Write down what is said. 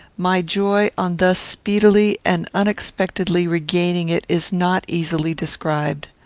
my joy on thus speedily and unexpectedly regaining it is not easily described.